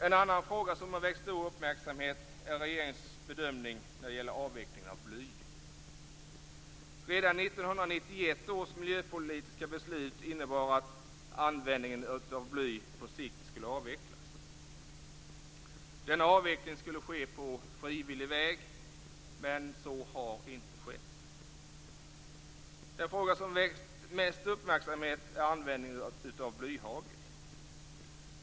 En annan fråga som har väckt stor uppmärksamhet är regeringens bedömning när det gäller avvecklingen av blyanvändningen. Redan 1991 års miljöpolitiska beslut innebar att användningen av bly på sikt skulle avvecklas. Denna avveckling skulle ske på frivillig väg, men så har inte skett. Den fråga som väckt mest uppmärksamhet är användningen av blyhagel.